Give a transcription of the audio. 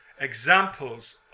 examples